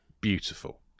beautiful